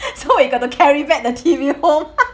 so we got to carry back the T_V home